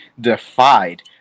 defied